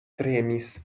tremis